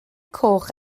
coch